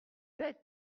bête